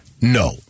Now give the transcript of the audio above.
No